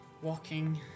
Walking